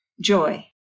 joy